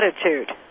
attitude